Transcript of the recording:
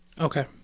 Okay